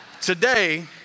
Today